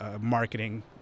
marketing